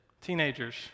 teenagers